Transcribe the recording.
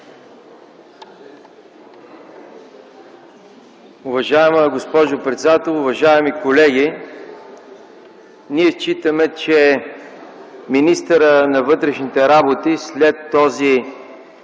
Уважаема госпожо председател, уважаеми колеги! Ние считаме, че министърът на вътрешните работи след този